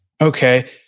Okay